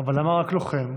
אבל למה רק לוחם?